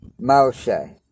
Moshe